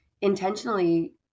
intentionally